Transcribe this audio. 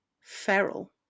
feral